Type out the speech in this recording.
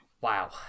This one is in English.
Wow